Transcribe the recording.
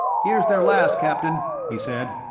here's their last, captain, he said.